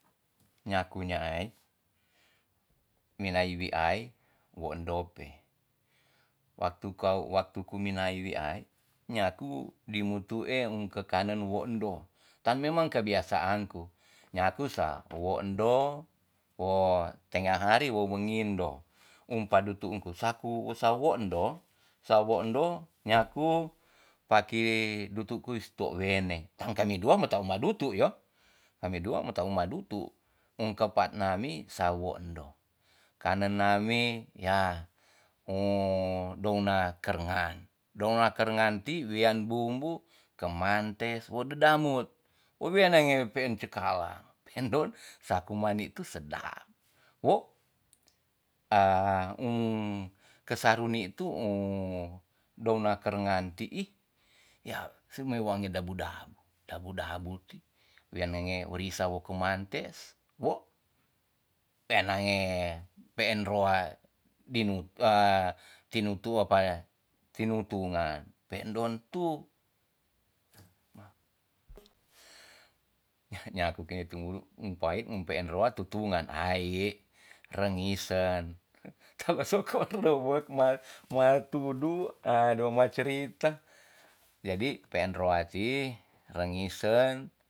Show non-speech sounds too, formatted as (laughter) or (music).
Nyaku yaai wina wi ai wo endo pe waktu kau waktu ku wina wi ai nyaku dimutu en kekanen wo endo tan memang kebiasaan ku nyaku sa wo endo wo tenga hari wo wengindo em padu tuunku saku sawo endo- sawo endo nyaku paki dutu kus tou wene tangka mi dua meta ma dutu yo- kami dua meta ma dutu em kepa nami sawo endo kanen nami y (hesitation) dona karengan dona karengan ti wean bumbu kemantes wo deda mut wo wean nae pe'en cakalang pe endon sa kuman ni tu sedap wo (hesitation) keseruni tu u dona kerangen ti'i ya seme wange dabu dabu dabu dabu ti wea nenge werisa wo kemantes wo pe'en nae pe'en roa dinu a tinutu apa tinutuan pe'ndon tu (noise) nyaku kine tu mulu empae em pe'en roa tutunan a ye rengisen (laughs) kaluar sokoro robo ma matudu a dong bacrita jadi pe'en roa ti rengisen